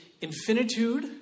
infinitude